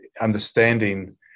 understanding